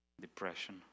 depression